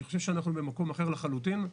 אני חושב שאנחנו במקום אחר לחלוטין.